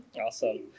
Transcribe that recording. Awesome